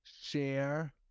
Share